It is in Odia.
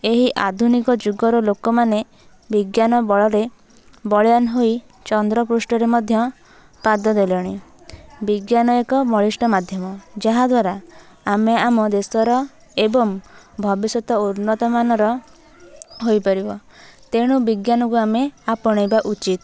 ଏହି ଆଧୁନିକ ଯୁଗର ଲୋକମାନେ ବିଜ୍ଞାନ ବଳରେ ବଳିୟାନ ହୋଇ ଚନ୍ଦ୍ର ପୃଷ୍ଠରେ ମଧ୍ୟ ପାଦ ଦେଲେଣି ବିଜ୍ଞାନ ଏକ ବଳିଷ୍ଠ ମାଧ୍ୟମ ଯାହା ଦ୍ୱାରା ଆମେ ଆମ ଦେଶର ଏବଂ ଭବିଷ୍ୟତ ଉନ୍ନତ ମାନର ହୋଇପାରିବ ତେଣୁ ବିଜ୍ଞାନକୁ ଆମେ ଆପଣେଇବା ଉଚିତ୍